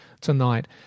tonight